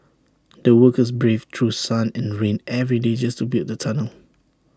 the workers braved through sun and rain every day just to build the tunnel